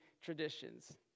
traditions